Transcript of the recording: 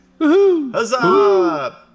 Huzzah